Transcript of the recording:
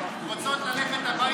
סמי אבו שחאדה,